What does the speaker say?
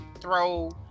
throw